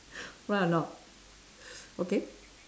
right or not okay